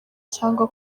cyangwa